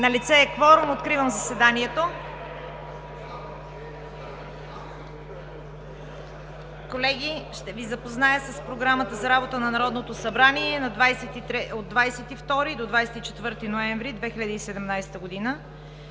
Налице е кворум. Откривам заседанието. (Звъни.) Колеги, ще Ви запозная с Програмата за работа на Народното събрание от 22 до 24 ноември 2017 г.: 1.